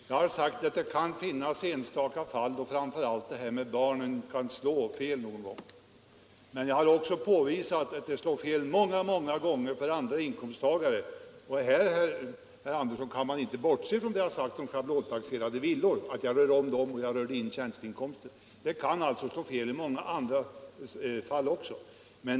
Herr talman! Jag har sagt att det kan finnas enstaka fall där framför allt detta med barns inkomster kan slå fel, men jag har också påvisat att de många, många gånger slår fel även för andra inkomsttagare. Man kan inte, herr Andersson i Knäred, bortse ifrån det som jag har sagt om schablontaxerade villor. Jag nämnde villor, och jag nämnde tjänsteinkomster — det kan alltså slå fel i många andra fall också.